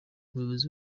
umuyobozi